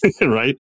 right